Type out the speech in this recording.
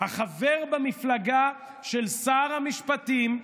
החבר במפלגה של שר המשפטים,